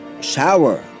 shower